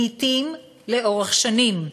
לעתים לאורך שנים,